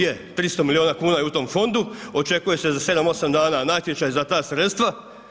Je, 300 milijuna kuna je u tom fondu, očekuje se za 7, 8 dana natječaj za ta sredstva.